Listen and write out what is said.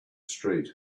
street